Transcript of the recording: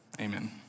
amen